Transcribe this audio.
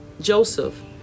Joseph